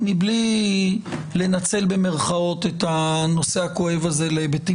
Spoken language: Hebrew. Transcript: מבלי "לנצל" את הנושא הכואב הזה להיבטים